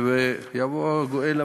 ויבוא הגואל,